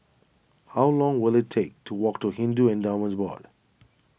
how long will it take to walk to Hindu Endowments Board